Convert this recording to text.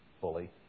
fully